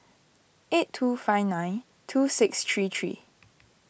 eight two five nine two six three three